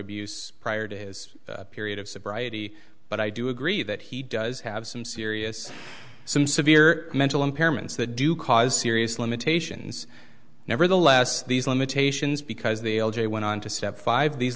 abuse prior to his period of sobriety but i do agree that he does have some serious some severe mental impairments that do cause serious limitations nevertheless these limitations because they l j went on to step five these